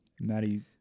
Maddie